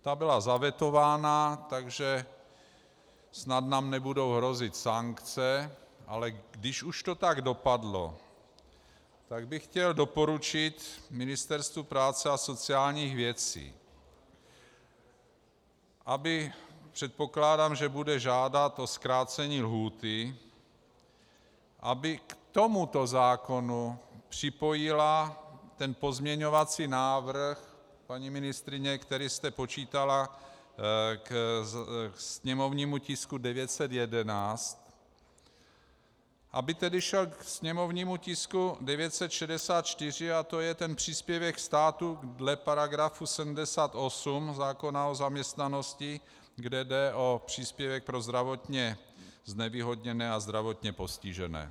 Ta byla zavetována, takže snad nám nebudou hrozit sankce, ale když už to tak dopadlo, tak bych chtěl doporučit Ministerstvu práce a sociálních věcí, předpokládám, že bude žádat o zkrácení lhůty, aby k tomuto zákonu připojila ten pozměňovací návrh paní ministryně, který jste počítala k sněmovnímu tisku 911, aby tedy šel k sněmovnímu tisku 964, to je ten příspěvek státu dle § 78 zákona o zaměstnanosti, kde jde o příspěvek pro zdravotně znevýhodněné a zdravotně postižené.